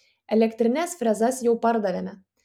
elektrines frezas jau pardavėme